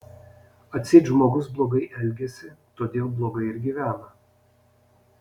atseit žmogus blogai elgiasi todėl blogai ir gyvena